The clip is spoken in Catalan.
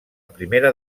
primera